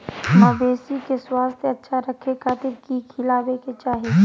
मवेसी के स्वास्थ्य अच्छा रखे खातिर की खिलावे के चाही?